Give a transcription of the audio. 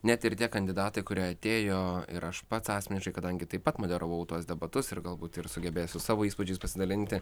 net ir tie kandidatai kurie atėjo ir aš pats asmeniškai kadangi taip pat moderavau tuos debatus ir galbūt ir sugebėsiu savo įspūdžiais pasidalinti